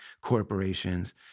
corporations